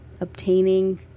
obtaining